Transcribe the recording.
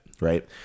right